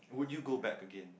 would you go back again